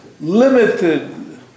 limited